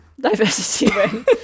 Diversity